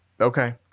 Okay